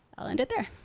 i'll end it there.